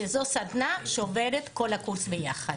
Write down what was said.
שזו סדנה שעוברת כל הקורס ביחד.